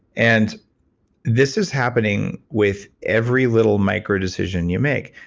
and this is happening with every little micro decision you make.